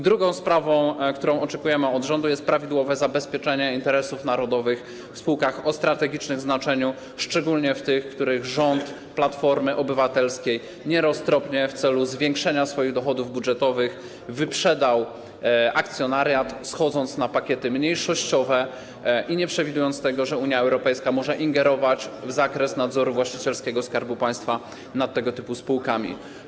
Drugą sprawą, której oczekujemy od rządu, jest prawidłowe zabezpieczenie interesów narodowych w spółkach o strategicznym znaczeniu, szczególnie w tych, w których rząd Platformy Obywatelskiej nieroztropnie, w celu zwiększenia swoich dochodów budżetowych, wyprzedał akcjonariat, schodząc na pakiety mniejszościowe i nie przewidując tego, że Unia Europejska może ingerować w zakres nadzoru właścicielskiego Skarbu Państwa nad tego typu spółkami.